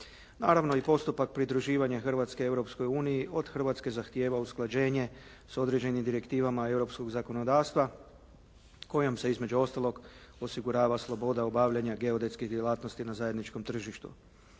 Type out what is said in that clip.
Naravno, i postupak pridruživanja Hrvatske Europskoj uniji od Hrvatske zahtijeva usklađenje s određenim direktivama europskog zakonodavstva kojom se između ostalog osigurava sloboda obavljanja geodetske djelatnosti na zajedničkom tržištu.